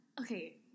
Okay